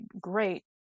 great